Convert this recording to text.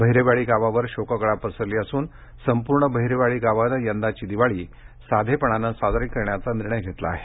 बहिरेवाडी गावावर शोककळा पसरली असून संपूर्ण बहिरेवाडी गावानं यंदाची दिवाळी साधेपणानं साजरा करण्याचाही निर्णय घेतला आहे